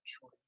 choice